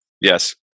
Yes